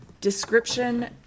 description